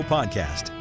Podcast